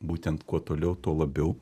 būtent kuo toliau tuo labiau